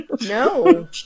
No